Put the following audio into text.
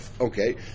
okay